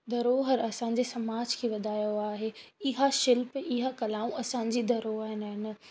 धरोहर असांजे समाज खे वधायो आहे इहा शिल्प इहा कलाऊं असांजी धरोहर आहिनि